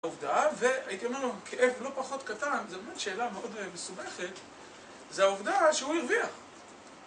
העובדה, והייתי אומר לו, כאב לא פחות קטן, זו באמת שאלה מאוד מסובכת, זה העובדה שהוא הרוויח.